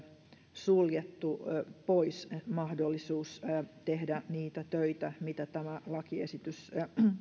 suljettu pois mahdollisuus tehdä niitä töitä joita tämä lakiesitys